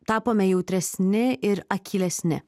tapome jautresni ir akylesni